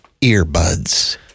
earbuds